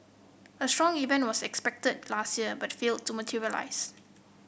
a strong event was expected last year but failed to materialise